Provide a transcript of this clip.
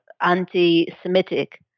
anti-Semitic